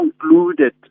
concluded